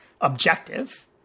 objective